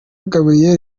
gabriel